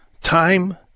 Time